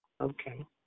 Okay